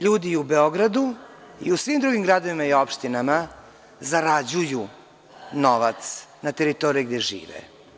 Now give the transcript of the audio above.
Ljudi u Beogradu i u svim drugim gradovima i opštinama zarađuju novac na teritoriji gde žive.